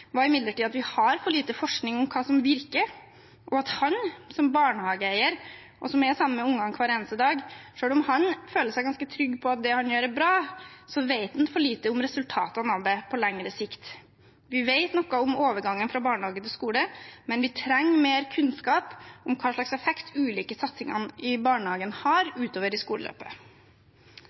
var imidlertid at vi har for lite forskning om hva som virker. Selv om han som barnehageeier, som er sammen med ungene hver eneste dag, føler seg ganske trygg på at det han gjør, er bra, vet han for lite om resultatene av det på lengre sikt. Vi vet noe om overgangen fra barnehage til skole, men vi trenger mer kunnskap om hvilken effekt de ulike satsingene i barnehagen har utover i skoleløpet.